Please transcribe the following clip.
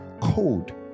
code